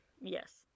Yes